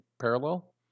parallel